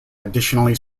additionally